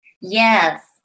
Yes